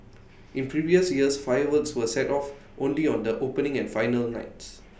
in previous years fireworks were set off only on the opening and final nights